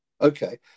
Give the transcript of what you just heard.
Okay